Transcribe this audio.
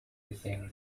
within